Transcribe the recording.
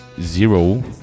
Zero